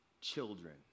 children